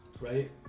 Right